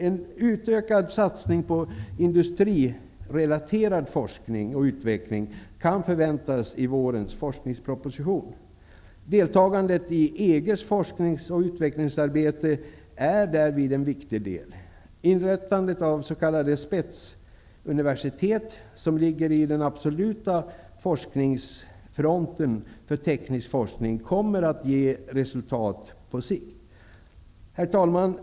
En utökad satsning på industrirelaterad forskning och utveckling kan förväntas i vårens forskningsproposition. Deltagande i EG:s forsknings och utvecklingsarbete är därvid en viktig del. Inrättandet av s.k. spetsuniversitet som ligger i den absoluta forskningsfronten för teknisk forskning kommer att ge resultat på sikt. Herr talman!